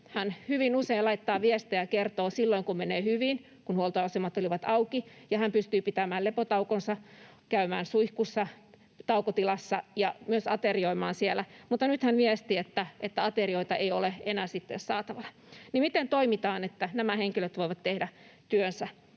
Hän hyvin usein laittaa viestejä ja kertoo silloin, kun menee hyvin. Kun huoltoasemat olivat auki, hän pystyi pitämään lepotaukonsa, käymään suihkussa taukotilassa ja myös aterioimaan siellä, mutta nyt hän viesti, että aterioita ei ole enää sitten saatavana. Miten toimitaan, että nämä henkilöt voivat tehdä työnsä